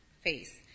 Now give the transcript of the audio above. face